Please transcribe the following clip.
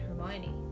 Hermione